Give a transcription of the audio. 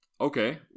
okay